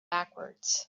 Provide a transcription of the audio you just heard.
backwards